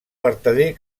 vertader